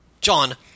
John